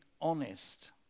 honest